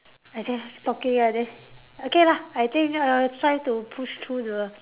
I just talking and then okay lah I think err try to push through the